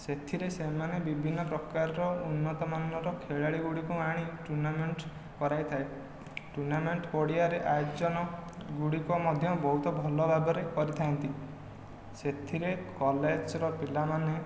ସେଥିରେ ସେମାନେ ବିଭିନ୍ନ ପ୍ରକାରର ଉନ୍ନତ ମାନର ଖେଳାଳି ଗୁଡ଼ିକୁ ଆଣି ଟୁର୍ଣ୍ଣାମେଣ୍ଟ କରାଇଥାଏ ଟୁର୍ଣ୍ଣାମେଣ୍ଟ ପଡ଼ିଆରେ ଆୟୋଜନ ଗୁଡ଼ିକ ମଧ୍ୟ ବହୁତ ଭଲ ଭାବରେ କରିଥାନ୍ତି ସେଥିରେ କଲେଜର ପିଲାମାନେ